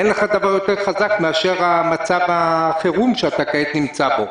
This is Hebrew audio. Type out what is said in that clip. אין לך דבר יותר חזק מאשר מצב החירום שאתה כעת נמצא בו.